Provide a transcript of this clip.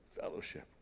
fellowship